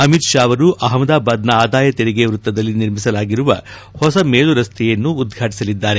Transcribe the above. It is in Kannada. ಅಮಿತ್ ಶಾ ಅವರು ಅಹಮಾದಾಬಾದ್ನ ಆದಾಯ ತೆರಿಗೆ ವೃತ್ತದಲ್ಲಿ ನಿರ್ಮಿಸಲಾಗಿರುವ ಹೊಸ ಮೇಲುರಸ್ತೆಯನ್ನು ಉದ್ಘಾಟಸಲಿದ್ದಾರೆ